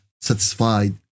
satisfied